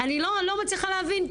אני לא מצליחה להבין,